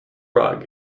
rug